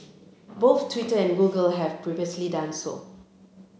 both Twitter and Google have previously done so